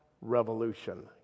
revolution